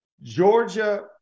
Georgia